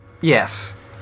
Yes